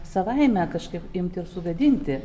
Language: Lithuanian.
savaime kažkaip imt ir sugadinti